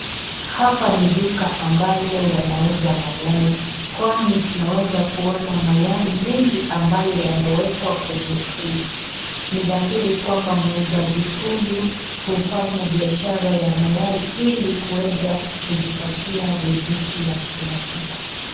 Hapa ni duka ambalo wanauza mayai kwani tuweza kuona mayai mingi abayo yamewekwa kwenye trali ni dhahiri kwamba muuzaji huyu hufanya bishara ya mayai hili kuweza kujipatia risiki ya Kila siku.